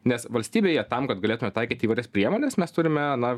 nes valstybėje tam kad galėtume taikyti įvairias priemones mes turime na